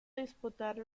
disputar